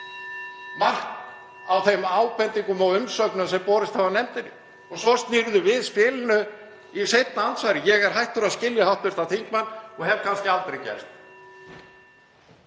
mark á þeim ábendingum og umsögnum sem borist hafa nefndinni. Og svo snýrðu við spilinu í seinna andsvari. Ég er hættur að skilja hv. þingmann og hef kannski aldrei gert.